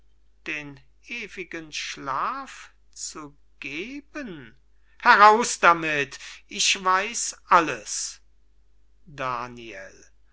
den ewigen schlaf zu geben heraus damit ich weiß alles daniel